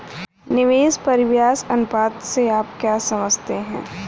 निवेश परिव्यास अनुपात से आप क्या समझते हैं?